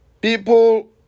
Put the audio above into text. people